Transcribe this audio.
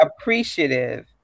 appreciative